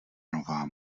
nová